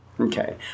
okay